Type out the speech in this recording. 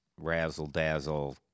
razzle-dazzle